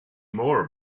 more